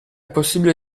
possibile